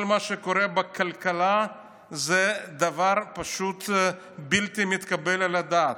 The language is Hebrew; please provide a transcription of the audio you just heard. כל מה שקורה בכלכלה זה דבר פשוט בלתי מתקבל על הדעת.